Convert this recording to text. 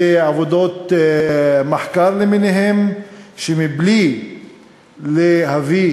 בעבודות מחקר למיניהן הוצבע על כך שמבלי להביא